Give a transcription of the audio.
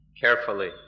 carefully